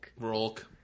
Rolk